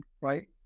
right